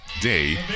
day